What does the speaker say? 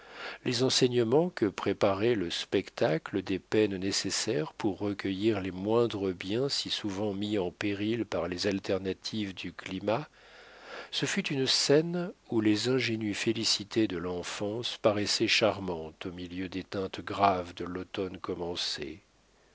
les enseignements que préparait le spectacle des peines nécessaires pour recueillir les moindres biens si souvent mis en péril par les alternatives du climat ce fut une scène où les ingénues félicités de l'enfance paraissaient charmantes au milieu des teintes graves de l'automne